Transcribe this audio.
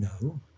No